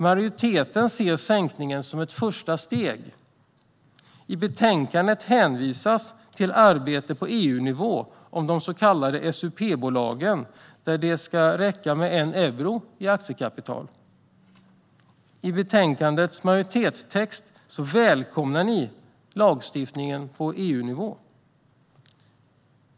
Majoriteten ser sänkningen som ett första steg. I betänkandet hänvisas till arbetet på EU-nivå om de så kallade SUP-bolagen. Här ska det räcka med 1 euro i aktiekapital. I betänkandets majoritetstext välkomnas lagstiftningen på EU-nivå.